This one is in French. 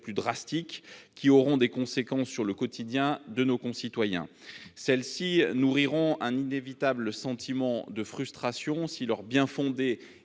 plus drastiques, qui auront des conséquences sur le quotidien de nos concitoyens. Ces conséquences nourriront un inévitable sentiment de frustration si le bien-fondé